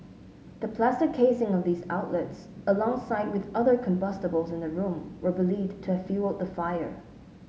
the plastic casing of these outlets alongside with other combustibles in the room were believed to have fuelled the fire